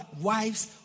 wives